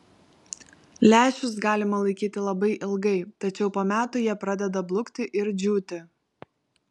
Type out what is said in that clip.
lęšius galima laikyti labai ilgai tačiau po metų jie pradeda blukti ir džiūti